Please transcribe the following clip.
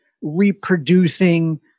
reproducing